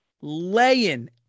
laying